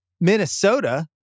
Minnesota